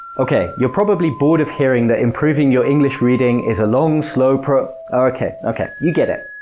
okay, you're probably bored of hearing that improving your english reading is a long, slow, pro, okay, okay, you get it.